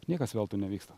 niekas veltui nevyksta